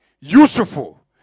useful